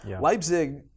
Leipzig